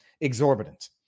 exorbitant